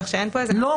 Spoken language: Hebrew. כך שאין פה --- לא.